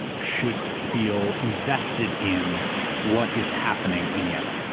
should feel invested in what is happening in yemen.